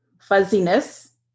fuzziness